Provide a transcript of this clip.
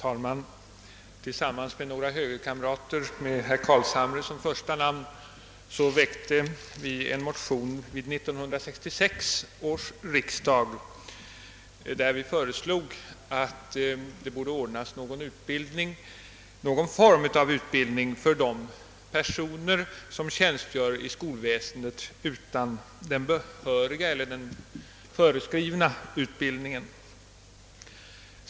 Herr talman! Några av oss högerledamöter med herr Carlshamre i spetsen väckte vid 1966 års riksdag en motion, i vilken vi föreslog att det skulle ordnas någon form av utbildning för de personer som tjänstgör inom skolväsendet utan att ha den föreskrivna utbildningen.